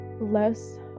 less